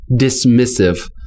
dismissive